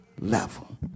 level